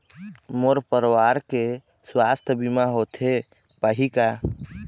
मोर परवार के सुवास्थ बीमा होथे पाही का?